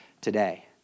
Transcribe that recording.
today